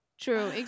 True